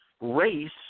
race